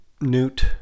Newt